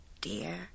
dear